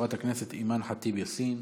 חברת הכנסת אימאן ח'טיב יאסין,